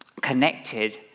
connected